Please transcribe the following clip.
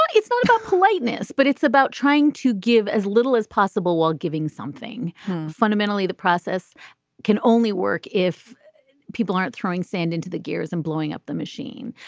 it's not about politeness but it's about trying to give as little as possible while giving something fundamentally the process can only work if people aren't throwing sand into the gears and blowing up the machine.